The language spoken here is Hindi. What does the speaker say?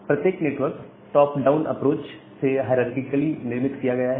प्रत्येक नेटवर्क टॉप डाउन अप्रोच से हायरारकीकली निर्मित किया गया है